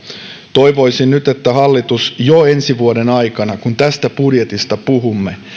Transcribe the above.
toivoisin nyt että hallitus jo ensi vuoden aikana kun tästä budjetista puhumme